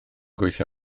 gweithio